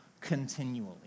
continually